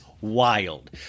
wild